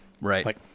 Right